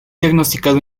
diagnosticado